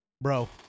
Bro